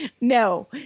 no